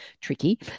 tricky